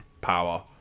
power